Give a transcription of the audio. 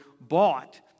bought